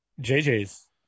JJ's